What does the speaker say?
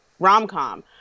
rom-com